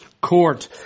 court